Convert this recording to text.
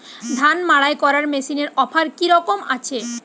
ধান মাড়াই করার মেশিনের অফার কী রকম আছে?